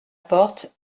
porte